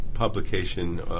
publication